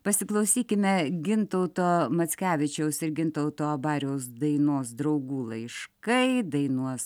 pasiklausykime gintauto mackevičiaus ir gintauto abariaus dainos draugų laiškai dainuos